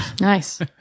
Nice